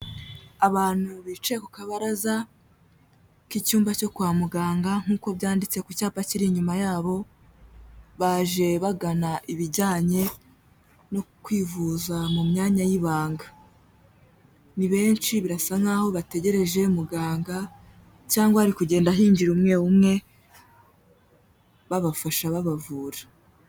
Abantu bicaye ku kabaraza k'icyumba cyo kwa muganga, nk'uko byanditse ku cyapa kiri inyuma yabo, baje bagana ibijyanye, no kwivuza mu myanya y'ibanga. Ni benshi birasa nkaho bategereje muganga, cyangwa bari kugenda hingira umwe umwe babafasha, babavura.